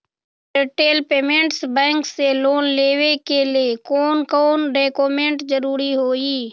Airtel payments bank से loan लेवे के ले कौन कौन डॉक्यूमेंट जरुरी होइ?